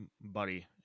buddy